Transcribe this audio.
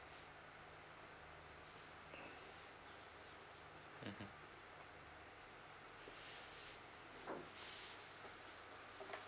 mmhmm